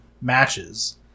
matches